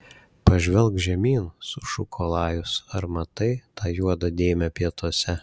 pažvelk žemyn sušuko lajus ar matai tą juodą dėmę pietuose